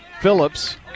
Phillips